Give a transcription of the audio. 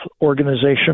Organization